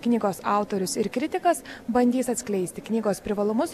knygos autorius ir kritikas bandys atskleisti knygos privalumus